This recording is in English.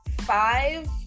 five